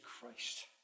Christ